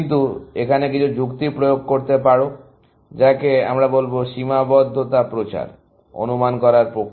কিন্তু তুমি এখানে কিছু যুক্তি প্রয়োগ করতে পারো যাকে আমরা বলব সীমাবদ্ধত প্রচার অনুমান করার প্রক্রিয়ায়